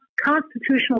constitutional